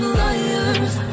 liars